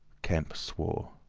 kemp swore.